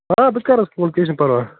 آ بہٕ تہِ کَرس فون کیٚنٛہہ چھُنہٕ پَرواے